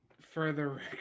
Further